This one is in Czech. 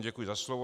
Děkuji za slovo.